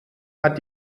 hat